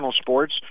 sports